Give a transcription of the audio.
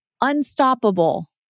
unstoppable